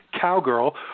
cowgirl